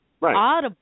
Right